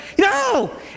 no